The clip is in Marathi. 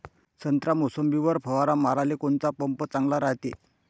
संत्रा, मोसंबीवर फवारा माराले कोनचा पंप चांगला रायते?